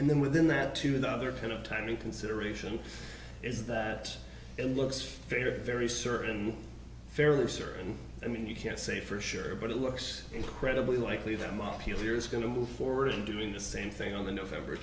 and then within that to the other kind of timing consideration is that it looks very very certain fairly certain i mean you can't say for sure but it looks incredibly likely that molecule there is going to move forward and doing the same thing on the november